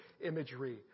imagery